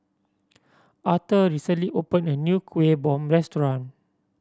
Arthor recently opened a new Kuih Bom restaurant